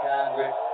Congress